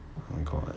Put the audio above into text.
oh my god